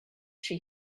she